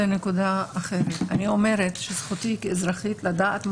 אני אומרת שזכותי כאזרחית לדעת עוד